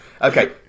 Okay